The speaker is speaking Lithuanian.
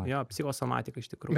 jo psichosomatika iš tikrųjų